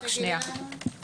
אני חושב שצריך להוריד הכול.